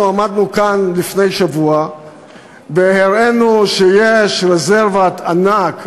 אנחנו עמדנו כאן לפני שבוע והראינו שיש רזרבת ענק,